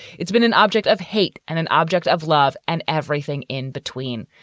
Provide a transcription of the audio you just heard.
it's been an object of hate and an object of love and everything in between.